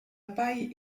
paille